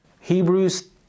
Hebrews